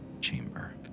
chamber